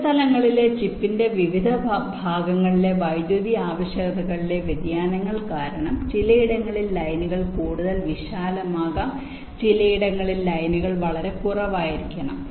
ചില സ്ഥലങ്ങളിൽ ചിപ്പിന്റെ വിവിധ ഭാഗങ്ങളിലെ വൈദ്യുതി ആവശ്യകതകളിലെ വ്യതിയാനങ്ങൾ കാരണം ചിലയിടങ്ങളിൽ ലൈനുകൾ കൂടുതൽ വിശാലമാകാം ചിലയിടങ്ങളിൽ ലൈനുകൾ വളരെ കുറവായിരിക്കണം